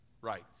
right